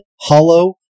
hollow